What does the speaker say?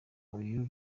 uyu